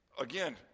again